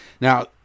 Now